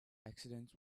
accidents